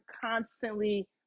constantly